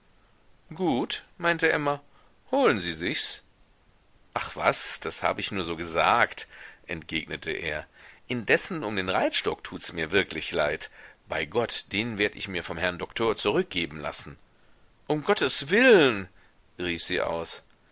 gut meinte emma holen sie sichs ach was das hab ich nur so gesagt entgegnete er indessen um den reitstock tuts mir wirklich leid bei gott den werd ich mir vom herrn doktor zurückgeben lassen um gottes willen rief sie aus